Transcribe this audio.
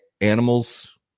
Animals